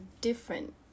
different